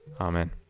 Amen